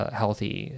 healthy